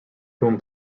whom